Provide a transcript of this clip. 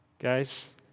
guys